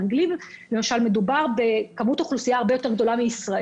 באנגליה מדובר על כמות אוכלוסייה הרבה יותר גדולה מישראל,